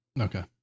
Okay